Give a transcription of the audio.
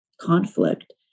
conflict